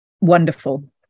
Wonderful